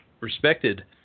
respected